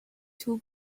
too